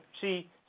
see